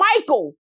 Michael